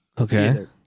Okay